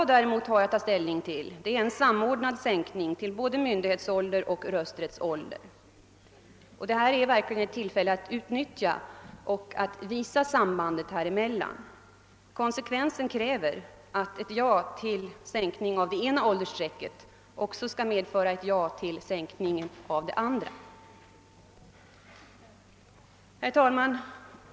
Vad vi i dag har att ta ställning till är en samordnad sänkning av både myndighetsålder och rösträttsålder. Detta är verkligen ett tillfälle att utnyttja för att visa sambandet häremellan. Konsekvensen kräver att ett ja till sänkning av det ena åldersstrecket också skall medföra ett ja till sänkning av det andra. Herr talman!